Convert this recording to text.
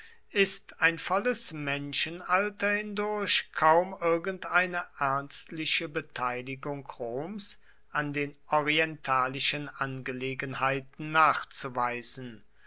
ist ein volles menschenalter hindurch kaum irgendeine ernstliche beteiligung roms an den orientalischen angelegenheiten nachzuweisen